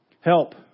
help